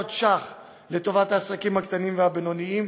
מיליארד שקלים לטובת העסקים הקטנים והבינוניים,